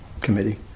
Committee